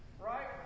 Right